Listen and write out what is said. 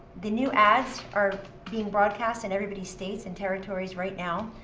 the new ads are being broadcast in everybody's states and territories right now.